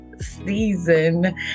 season